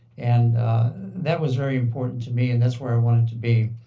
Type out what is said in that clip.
and that was very important to me and that's where i wanted to be.